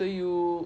so you